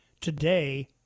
today